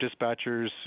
dispatchers